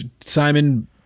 Simon